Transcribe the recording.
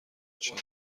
چهار